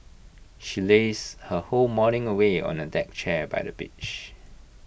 she lazed her whole morning away on A deck chair by the beach